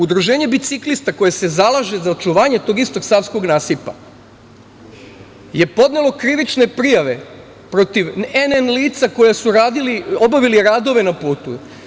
Udruženje biciklista koje se zalaže za očuvanje tog istog savskog nasipa je podnelo krivične prijave protiv nn lica koja su obavili radove na putu.